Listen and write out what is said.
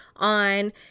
on